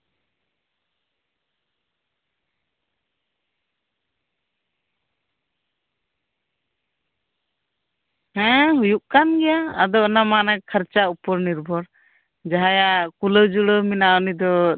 ᱦᱮᱸ ᱦᱩᱭᱩᱜ ᱠᱟᱱ ᱜᱮᱭᱟ ᱟᱫᱚ ᱚᱱᱟᱢᱟ ᱚᱱᱮ ᱠᱷᱚᱨᱪᱟ ᱩᱯᱩᱨ ᱱᱤᱨᱵᱷᱚᱨ ᱡᱟᱦᱟᱸᱭᱟᱜ ᱠᱩᱞᱟᱹᱣ ᱡᱷᱩᱲᱟᱹᱣ ᱢᱮᱱᱟᱜᱼᱟ ᱩᱱᱤᱫᱚ